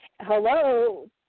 hello